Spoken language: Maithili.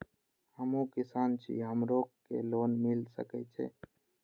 हमू किसान छी हमरो के लोन मिल सके छे?